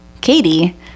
katie